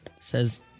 says